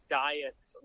diets